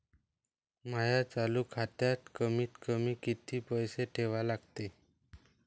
माया चालू खात्यात कमीत कमी किती पैसे ठेवा लागते?